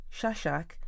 Shashak